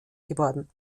geworden